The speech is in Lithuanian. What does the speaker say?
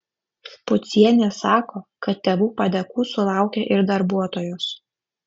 špucienė sako kad tėvų padėkų sulaukia ir darbuotojos